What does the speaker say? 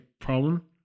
problem